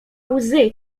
łzy